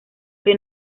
que